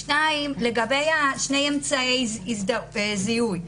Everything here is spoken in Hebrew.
שתיים, לגבי אמצעי הזיהוי.